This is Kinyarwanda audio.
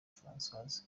francoise